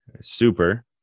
super